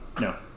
No